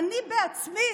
אני בעצמי